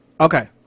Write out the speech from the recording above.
Okay